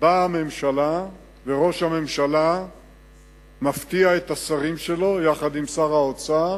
באה הממשלה וראש הממשלה מפתיע את השרים שלו יחד עם שר האוצר